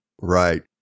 Right